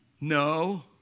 No